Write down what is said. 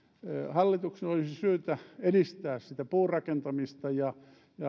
hallituksen olisi syytä edistää sitä puurakentamista ja